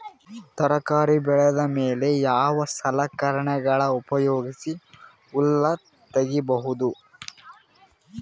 ತರಕಾರಿ ಬೆಳದ ಮೇಲೆ ಯಾವ ಸಲಕರಣೆಗಳ ಉಪಯೋಗಿಸಿ ಹುಲ್ಲ ತಗಿಬಹುದು?